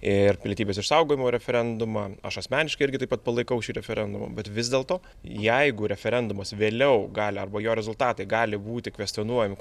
ir pilietybės išsaugojimo referendumą aš asmeniškai irgi taip pat palaikau šį referendumą bet vis dėlto jeigu referendumas vėliau gali arba jo rezultatai gali būti kvestionuojami